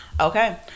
Okay